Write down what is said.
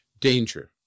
danger